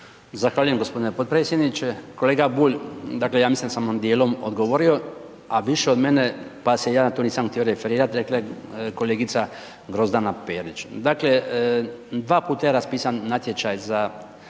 Zahvaljujem g. potpredsjedniče. Kolega Bulj, dakle ja mislim da sam vam dijelom odgovorio, a više od mene, pa se ja tu nisam htio referirati, rekla je kolegica Grozdana Petrić. Dakle, dva puta je raspisan natječaj za